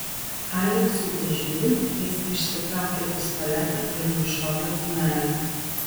aleksiui bežiūrint jis išsitraukė pistoletą ir nušovė kumelę